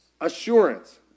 assurance